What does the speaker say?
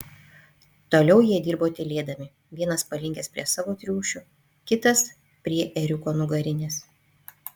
toliau jie dirbo tylėdami vienas palinkęs prie savo triušių kitas prie ėriuko nugarinės